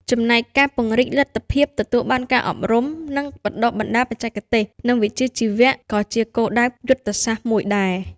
ចំណែកការពង្រីកលទ្ធភាពទទួលបានការអប់រំ និងបណ្តុះបណ្តាលបច្ចេកទេស និងវិជ្ជាជីវៈ ក៏ជាគោលដៅយុទ្ធសាស្ត្រមួយដែរ។ ។